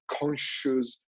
conscious